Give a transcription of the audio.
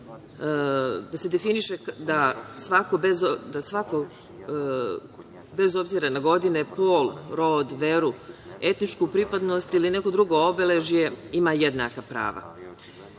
kao pojam da svako bez obzira na godine, pol, rod, veru, etničku pripadnost ili neko drugo obeležje ima jednaka prava.U